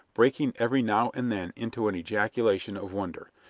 breaking every now and then into an ejaculation of wonder.